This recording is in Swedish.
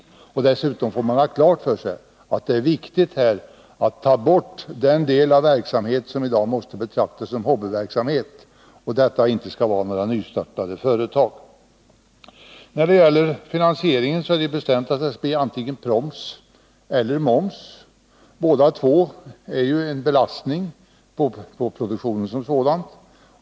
Det är dessutom viktigt att man räknar bort den del av verksamheten som måste betraktas som hobbyverksamhet och att avdragsrätten begränsas till nystartade företag. När det gäller finansieringen har vi bestämt att det skall bli antingen proms eller moms. Båda skatteformerna är en belastning på produktionen som sådan.